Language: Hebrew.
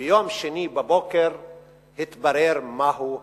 ביום שני בבוקר התברר מהו המחיר.